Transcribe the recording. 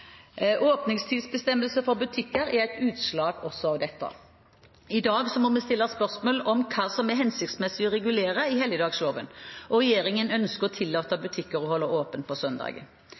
for nødvendig arbeidshvile. Åpningstidsbestemmelsene for butikker er et utslag av dette. I dag må vi stille spørsmål om hva som er hensiktsmessig å regulere i helligdagsloven, og regjeringen ønsker å tillate butikker å holde åpent på